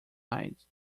night